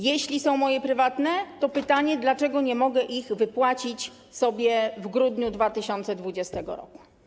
Jeśli są to moje prywatne środki, to pytanie, dlaczego nie mogę ich wypłacić sobie w grudniu 2020 r.